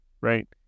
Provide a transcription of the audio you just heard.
right